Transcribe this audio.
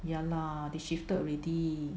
ya lah they shifted already